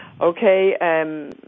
Okay